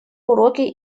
уроки